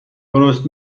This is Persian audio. درست